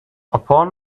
upon